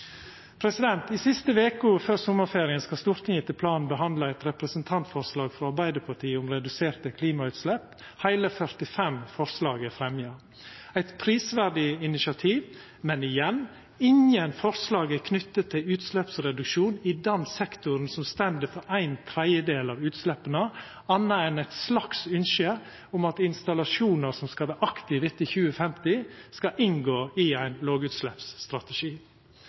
Siste veka før sommarferien skal Stortinget etter planen behandla eit representantforslag frå Arbeidarpartiet om reduserte klimautslepp. Heile 45 forslag er fremja – eit prisverdig initiativ, men igjen: Ingen forslag er knytte til utsleppsreduksjon i den sektoren som står for ein tredjedel av utsleppa, anna enn eit slags ynske om at installasjonar som skal vera aktive etter 2050, skal inngå i ein lågutsleppsstrategi.